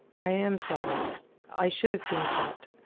i am sorry i should have been sought.